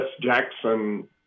Jackson